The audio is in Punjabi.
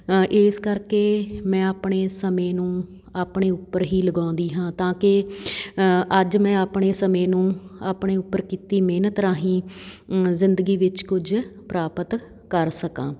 ਇਸ ਕਰਕੇ ਮੈਂ ਆਪਣੇ ਸਮੇਂ ਨੂੰ ਆਪਣੇ ਉੱਪਰ ਹੀ ਲਗਾਉਂਦੀ ਹਾਂ ਤਾਂ ਕਿ ਅੱਜ ਮੈਂ ਆਪਣੇ ਸਮੇਂ ਨੂੰ ਆਪਣੇ ਉੱਪਰ ਕੀਤੀ ਮਿਹਨਤ ਰਾਹੀਂ ਜ਼ਿੰਦਗੀ ਵਿੱਚ ਕੁਝ ਪ੍ਰਾਪਤ ਕਰ ਸਕਾਂ